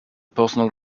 personal